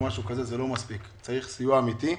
זה לא מספיק אלא צריך להיות סיוע אמיתי.